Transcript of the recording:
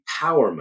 empowerment